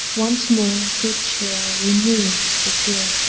once more good cheer removes the tear,